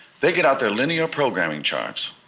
they get out their linear programming charts,